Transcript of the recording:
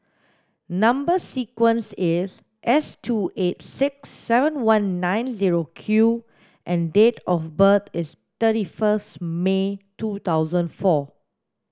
number sequence is S two eight six seven one nine zero Q and date of birth is thirty first May two thousand four